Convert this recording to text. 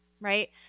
right